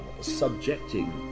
subjecting